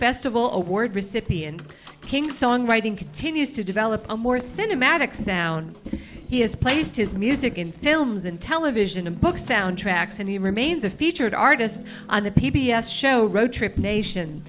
festival award recipient king songwriting continues to develop a more cinematic sound he has placed his music in films and television and books soundtracks and he remains a featured artist on the p b s show road trip nation